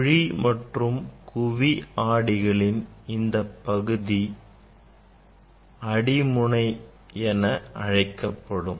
குழி மற்றும் குவி ஆடிகளின் இந்தப் பகுதி ஆடி முனை என அழைக்கப்படும்